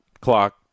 clock